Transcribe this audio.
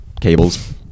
cables